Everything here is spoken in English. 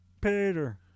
Peter